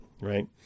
right